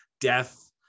Death